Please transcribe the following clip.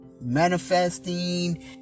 Manifesting